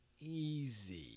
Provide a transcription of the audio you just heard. easy